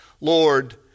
Lord